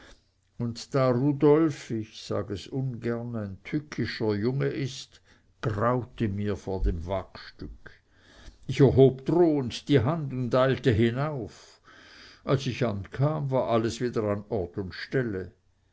und da rudolf ich sag es ungern ein tückischer junge ist graute mir vor dem wagstück ich erhob drohend die hand und eilte hinauf als ich ankam war alles wieder an ort und stelle